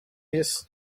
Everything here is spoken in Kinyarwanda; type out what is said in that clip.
isi